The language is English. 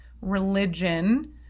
religion